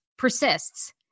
persists